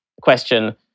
question